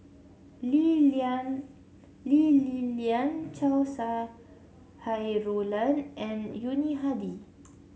Lee Lian Lee Li Lian Chow Sau Hai Roland and Yuni Hadi